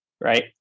right